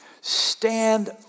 stand